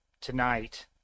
tonight